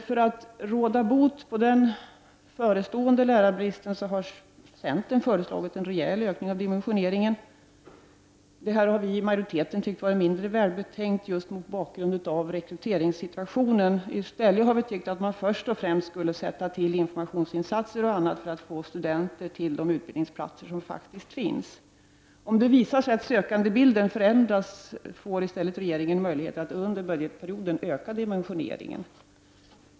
För att råda bot på den förestående lärarbristen har centern föreslagit en rejäl ökning av dimensioneringen. Detta har majoriteten ansett vara mindre välbetänkt just mot bakgrund av rekryteringssituationen. I stället har vi tyckt att man först och främst skulle sätta till informationsinsatser och annat för att få studenter till de utbildningsplatser som faktiskt finns. Om det visar sig att sökandebilden förändras får i stället regeringen möjligheter att under budgetperioden öka dimensioneringen.